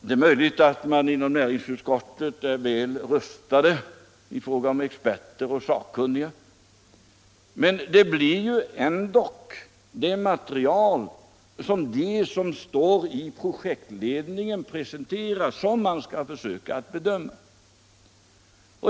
Det är möjligt att man inom näringsutskottet är väl rustad i fråga om experter och sakkunniga, men det blir ändå det material som projektledningen presenterar som man skall försöka bedöma.